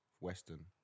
western